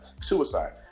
suicide